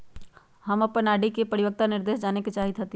हम अपन आर.डी के परिपक्वता निर्देश जाने के चाहईत हती